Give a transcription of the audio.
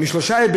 בצורה מהותית